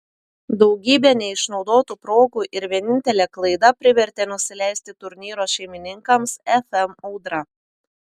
daugybė neišnaudotų progų ir vienintelė klaida privertė nusileisti turnyro šeimininkams fm audra